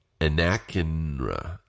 Anakinra